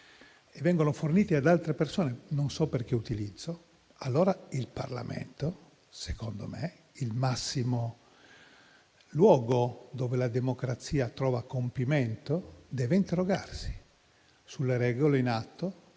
vengono forniti ad altre persone non so per quale utilizzo, allora il Parlamento (secondo me il massimo luogo dove la democrazia trova compimento) deve interrogarsi sulle regole in atto,